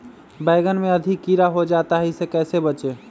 बैंगन में अधिक कीड़ा हो जाता हैं इससे कैसे बचे?